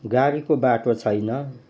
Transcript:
गाडीको बाटो छैन